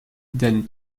than